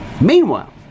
Meanwhile